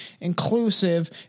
inclusive